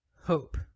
hope